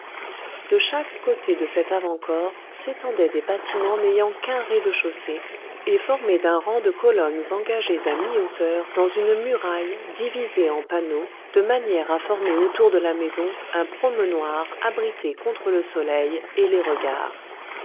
de chaque côté de cet avant corps s'étendaient des bâtiments n'ayant qu'un rez-de-chaussée et formés d'un rang de colonnes engagées à mi-hauteur dans une muraille divisée en panneaux de manière à former autour de la maison un promenoir abrité contre le soleil et les regards